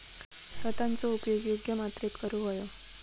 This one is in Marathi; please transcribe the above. खतांचो उपयोग योग्य मात्रेत करूक व्हयो